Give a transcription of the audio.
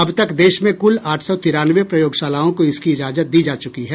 अब तक देश में कुल आठ सौ तिरानवे प्रयोगशालाओं को इसकी इजाजत दी जा चुकी है